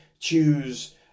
Choose